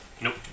Nope